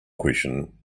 question